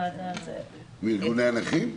מארגוני הנכים?